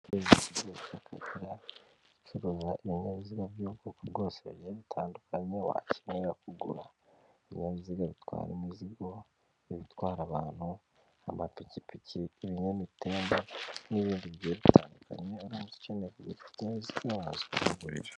Uracuruza ibinyabiziga by'ubwoko bwose bitandukanye wakenera kugura ibinyabiziga bitwara imizigo yoibitwara abantu amapikipiki ibinyamitemba n'ibindi byehe bitandukanye umunsi ukeneye gizoguriro.